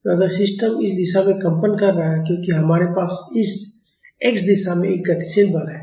तो अगर सिस्टम इस दिशा में कंपन कर रहा है क्योंकि हमारे पास इस x दिशा में एक गतिशील बल है